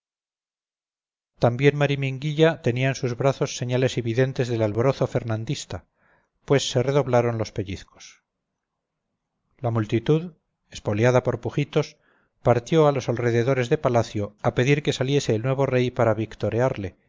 también mariminguilla tenía en sus brazos señales evidentes del alborozo fernandista pues se redoblaron los pellizcos la multitud espoleada por pujitos partió a los alrededores de palacio a pedir que saliese el nuevo rey para victorearle